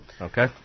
Okay